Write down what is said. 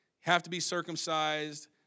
have-to-be-circumcised